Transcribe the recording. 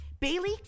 Bailey